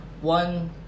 one